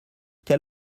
quel